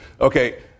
Okay